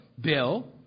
Bill